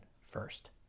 first